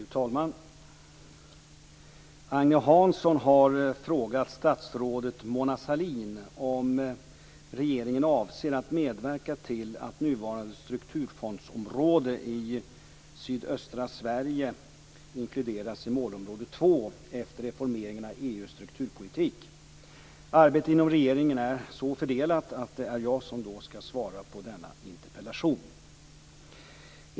Fru talman! Agne Hansson har frågat statsrådet Mona Sahlin om regeringen avser att medverka till att nuvarande strukturfondsområde i sydöstra Sverige inkluderas i målområde 2 efter reformeringen av EU:s strukturpolitik. Arbetet inom regeringen är så fördelat att det är jag som skall svara på interpellationen.